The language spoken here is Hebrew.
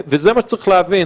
וזה מה שצריך להבין,